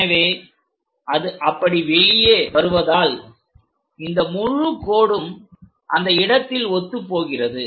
எனவே அது அப்படி வெளியே வருவதால் இந்த முழு கோடும் அந்த இடத்தில் ஒத்துப்போகிறது